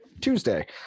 Tuesday